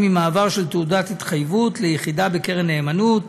ממעבר של תעודת התחייבות ליחידה בקרן נאמנות.